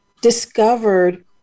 discovered